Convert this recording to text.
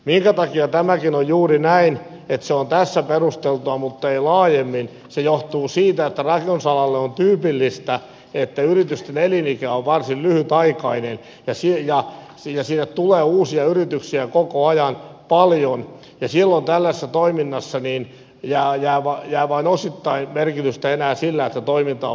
minkä takia tämäkin on juuri näin että se on tässä perusteltua mutta ei laajemmin se johtuu siitä että rakennusalalle on tyypillistä että yritysten elinikä on varsin lyhytaikainen ja sinne tulee uusia yrityksiä koko ajan paljon ja silloin tällaisessa toiminnassa jää vain osittain merkitystä enää sille että toiminta on vakiintunutta